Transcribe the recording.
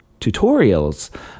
tutorials